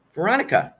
Veronica